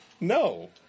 No